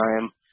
time